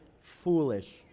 foolish